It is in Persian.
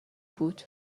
بود